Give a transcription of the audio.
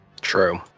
True